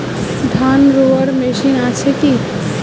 ধান রোয়ার মেশিন আছে কি?